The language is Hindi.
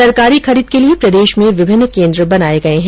सरकारी खरीद के लिये प्रदेश में विभिन्न केन्द्र बनाये गये है